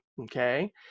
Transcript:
okay